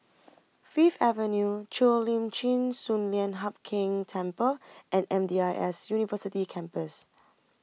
Fifth Avenue Cheo Lim Chin Sun Lian Hup Keng Temple and M D I S University Campus